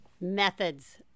methods